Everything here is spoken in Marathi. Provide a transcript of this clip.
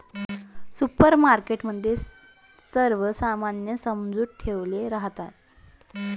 सुपरमार्केट मध्ये सर्व सामान सजवुन ठेवले राहतात